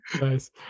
Nice